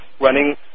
running